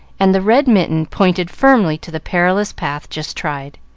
and the red mitten pointed firmly to the perilous path just tried.